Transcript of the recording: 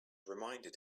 reminded